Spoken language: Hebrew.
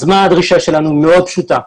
מה הדרישה שלנו, והיא מאוד פשוטה.